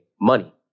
money